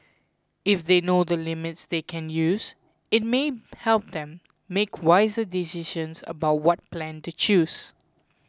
if they know the limits they can use it may help them make wiser decisions about what plan to choose